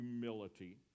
humility